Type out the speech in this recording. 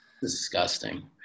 disgusting